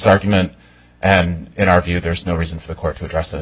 argument and in our view there's no reason for the court to address